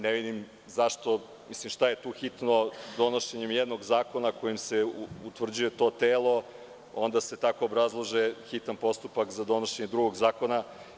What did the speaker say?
Ne vidim šta je tu hitno, donošenjem jednog zakona kojim se utvrđuje to telo, onda se tako obrazlaže hitan postupak za donošenje drugog zakona.